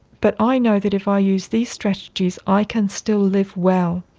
but i know that if i use these strategies i can still live well.